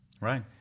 Right